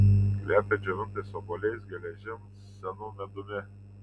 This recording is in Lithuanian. kvepia džiovintais obuoliais geležim senu medumi